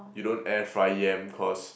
you don't air fry yam cause